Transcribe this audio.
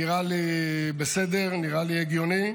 נראה לי בסדר, נראה לי הגיוני,